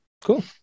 Cool